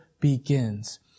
begins